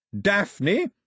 Daphne